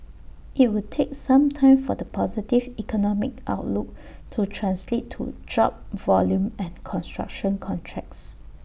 IT would take some time for the positive economic outlook to translate to job volume and construction contracts